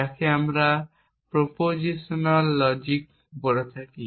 যাকে আমরা propositional logic বলে থাকি